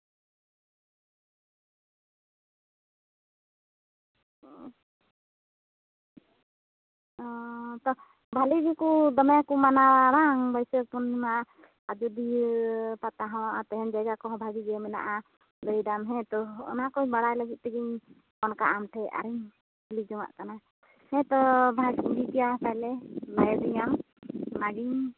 ᱚ ᱛᱚ ᱵᱷᱟᱹᱞᱤ ᱜᱮᱠᱚ ᱫᱚᱢᱮ ᱠᱚ ᱢᱟᱱᱟᱣᱟ ᱵᱟᱝ ᱵᱟᱹᱭᱥᱟᱹᱠᱷ ᱯᱩᱨᱱᱤᱢᱟ ᱟᱡᱚᱫᱤᱭᱟᱹ ᱯᱟᱛᱟ ᱦᱚᱸ ᱟᱨ ᱛᱟᱦᱮᱱ ᱡᱟᱭᱜᱟ ᱠᱚᱦᱚᱸ ᱵᱷᱟᱜᱮ ᱜᱮ ᱢᱮᱱᱟᱜᱼᱟ ᱞᱟᱹᱭᱫᱟᱢ ᱦᱮᱸᱛᱚ ᱚᱱᱟ ᱠᱚ ᱵᱟᱲᱟᱭ ᱞᱟᱹᱜᱤᱫ ᱛᱮᱜᱮᱧ ᱯᱷᱳᱱᱟᱠᱟᱜᱼᱟ ᱟᱢ ᱴᱷᱮᱡ ᱟᱨᱤᱧ ᱠᱩᱞᱤ ᱡᱚᱝᱟᱜ ᱠᱟᱱᱟ ᱦᱮᱸᱛᱚ ᱵᱷᱟᱹᱜᱤ ᱜᱮᱭᱟ ᱛᱟᱦᱞᱮ ᱞᱟᱹᱭᱟᱫᱤᱧᱟᱢ ᱚᱱᱟᱜᱤᱧ